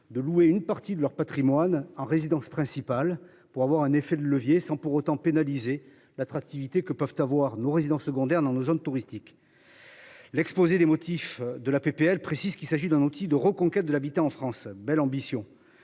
de louer une partie de leur Patrimoine en résidence principale pour avoir un effet de levier sans pour autant pénaliser l'attractivité que peuvent avoir nos résidences secondaires dans nos zones touristiques. L'exposé des motifs de la PPL précise qu'il s'agit d'un outil de reconquête de l'habitat en France. Belle ambition